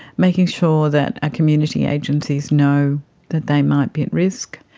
making sure that ah community agencies know that they might be at risk.